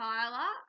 Tyler